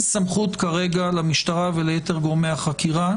למשטרה וליתר גורמי החקירה